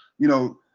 you know,